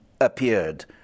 appeared